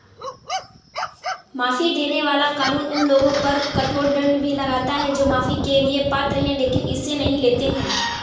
माफी देने वाला कानून उन लोगों पर कठोर दंड भी लगाता है जो माफी के लिए पात्र हैं लेकिन इसे नहीं लेते हैं